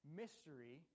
mystery